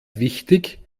wichtig